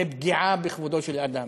זו פגיעה בכבודו של אדם.